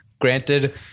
granted